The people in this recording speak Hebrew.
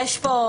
יש היום